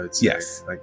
Yes